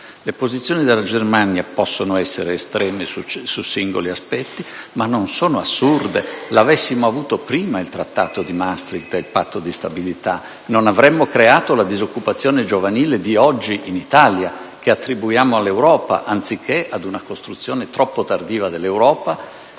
Le posizioni della Germania possono essere estreme su singoli aspetti, ma non sono assurde: avessimo avuto prima il Trattato di Maastricht e il Patto di stabilità, non avremmo creato la disoccupazione giovanile che c'è oggi in Italia, che attribuiamo all'Europa anziché ad una costruzione troppo tardiva dell'Europa,